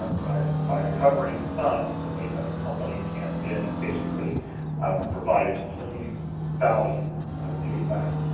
um but by recovering funds, and a company can then basically provide its own value doing that.